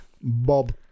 Bob